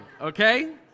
okay